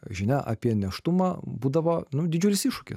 žinia apie nėštumą būdavo nu didžiulis iššūkis